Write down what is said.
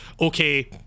okay